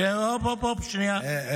שנייה.